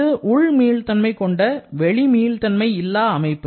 இது உள் மீள்தன்மை கொண்ட வெளி மீள்தன்மை இல்லா அமைப்பு